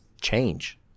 change